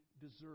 deserve